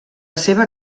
seva